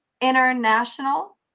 International